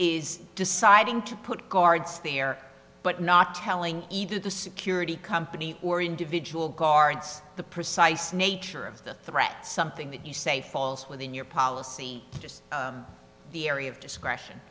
is deciding to put guards there but not telling either the security company or individual guards the precise nature of the threat something that you say falls within your policy just the area of discretion